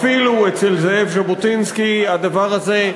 אפילו אצל זאב ז'בוטינסקי הדבר הזה,